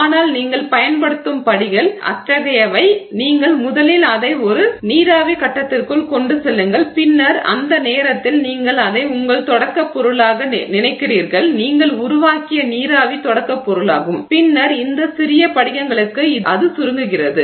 ஆனால் நீங்கள் பயன்படுத்தும் படிகள் அத்தகையவை நீங்கள் முதலில் அதை ஒரு நீராவி கட்டத்திற்குள் கொண்டு செல்லுங்கள் பின்னர் அந்த நேரத்தில் நீங்கள் அதை உங்கள் தொடக்கப் பொருளாக நினைக்கிறீர்கள் நீங்கள் உருவாக்கிய நீராவி தொடக்கப் பொருளாகும் பின்னர் இந்த சிறிய படிகங்களுக்கு அது சுருங்குகிறது